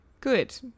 Good